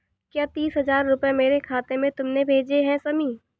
क्या तीस हजार रूपए मेरे खाते में तुमने भेजे है शमी?